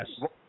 Yes